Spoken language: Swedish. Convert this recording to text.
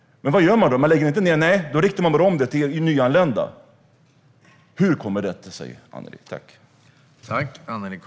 Men vad gör man då? Man lägger inte ned dem. Nej, man riktar bara om dem till nyanlända. Hur kommer det sig, Annelie?